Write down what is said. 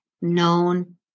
known